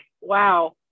Wow